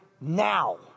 now